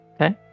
Okay